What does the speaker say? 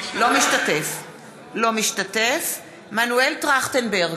אינו משתתף בהצבעה מנואל טרכטנברג,